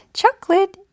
chocolate